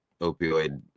opioid